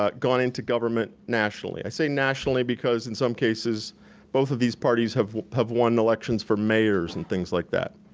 ah gone into government nationally. i say nationally because in some cases both of these parties have have won elections for mayors, and things like that,